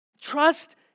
Trust